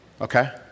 okay